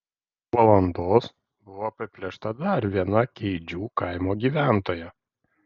po valandos buvo apiplėšta dar viena keidžių kaimo gyventoja